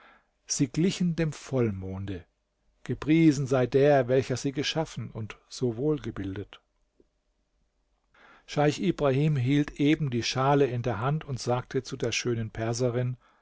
sie geschaffen und so wohlgebildet scheich ibrahim hielt eben die schale in der hand und sagte zu der schönen perserin